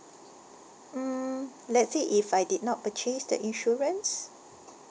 mm let's say if I did not purchase the insurance